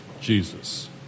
Jesus